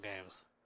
games